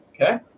okay